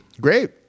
Great